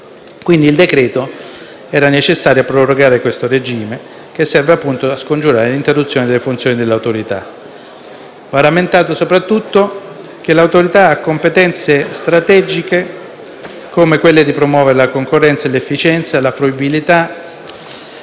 Quindi il decreto-legge era necessario a prorogare questo regime, che serve appunto a scongiurare l'interruzione delle funzioni dell'Autorità.